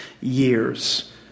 years